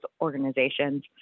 organizations